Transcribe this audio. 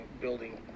building